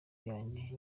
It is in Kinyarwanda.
yanjye